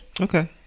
Okay